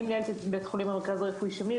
אני מנהלת את בית חולים המרכז הרפואי שמיר,